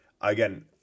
Again